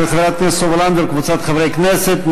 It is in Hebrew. של חברת הכנסת סופה לנדבר וקבוצת חברי הכנסת,